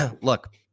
look